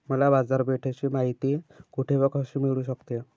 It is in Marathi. मला बाजारपेठेची माहिती कुठे व कशी मिळू शकते?